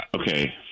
Okay